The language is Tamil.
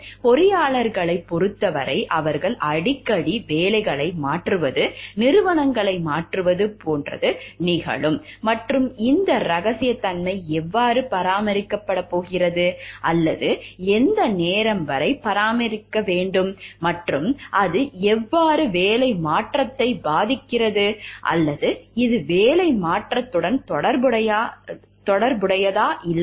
பொறியாளர்களைப் பொறுத்தவரை அவர்கள் அடிக்கடி வேலைகளை மாற்றுவது நிறுவனங்களை மாற்றுவது போன்றது மற்றும் இந்த ரகசியத்தன்மை எவ்வாறு பராமரிக்கப்படுகிறது அல்லது எந்த நேரம் வரை பராமரிக்கப்பட வேண்டும் மற்றும் அது எவ்வாறு வேலை மாற்றத்தை பாதிக்கிறது அல்லது இது வேலை மாற்றத்துடன் தொடர்புடையதா இல்லையா